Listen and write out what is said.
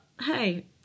hey